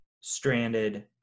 stranded